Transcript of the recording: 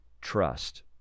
trust